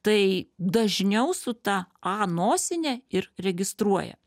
tai dažniau su ta a nosine ir registruoja